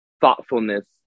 thoughtfulness